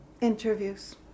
interviews